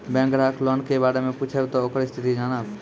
Bank ग्राहक loan के बारे मैं पुछेब ते ओकर स्थिति जॉनब?